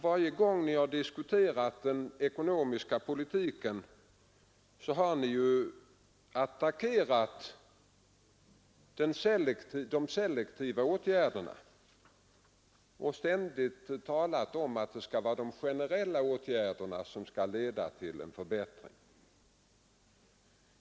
Varje gång ni diskuterat den ekonomiska politiken har ni attackerat de selektiva åtgärderna och ständigt talat om att det är de generella åtgärderna som leder till en förbättring.